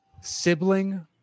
sibling